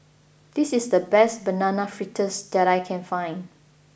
this is the best banana fritters that I can find